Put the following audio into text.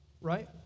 Right